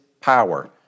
power